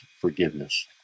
forgiveness